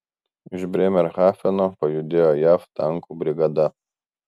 iš brėmerhafeno pajudėjo jav tankų brigada